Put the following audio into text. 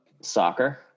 soccer